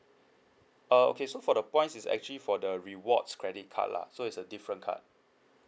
uh okay so for the points is actually for the rewards credit card lah so it's a different card